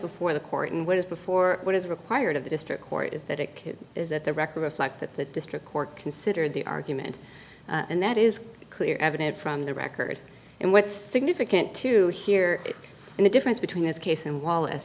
before the court and what is before what is required of the district court is that it is at the record reflect that the district court considered the argument and that is clear evident from the record and what's significant to hear and the difference between this case and wallace